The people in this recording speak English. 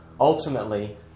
ultimately